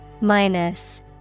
Minus